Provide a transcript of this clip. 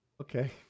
Okay